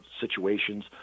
situations